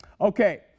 Okay